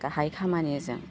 गाहाय खामानिजों